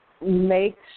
make